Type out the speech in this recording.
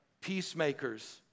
peacemakers